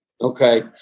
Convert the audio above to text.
okay